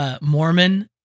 Mormon